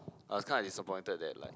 a kind of disappointed that like